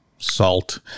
salt